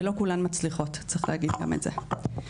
ולא כולן מצליחות צריך להגיד גם את זה.